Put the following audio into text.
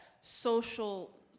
social